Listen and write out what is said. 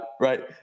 right